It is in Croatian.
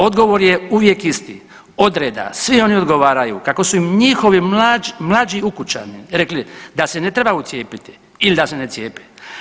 Odgovor je uvijek isti, odreda svi oni odgovaraju, kako su im njihovi mlađi ukućani rekli da se ne trebaju cijepiti ili da se ne cijepe.